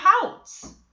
pouts